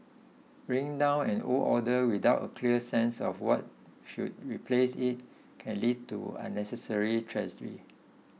bringing down an old order without a clear sense of what should replace it can lead to unnecessary tragedy